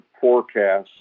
forecasts